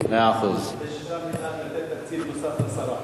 כדי ששם נדאג לתת תקציב נוסף לשרה.